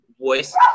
voice